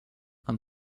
and